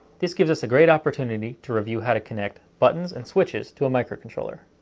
this gives us a great opportunity to review how to connect buttons and switches to a microcontroller.